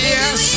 Yes